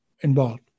involved